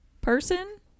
person